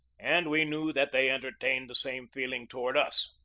and we knew that they entertained the same feeling toward us.